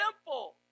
simple